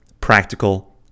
practical